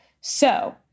So-